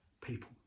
people